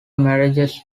marriages